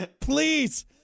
Please